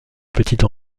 petite